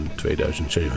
2007